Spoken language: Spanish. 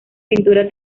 pintura